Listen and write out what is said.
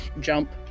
jump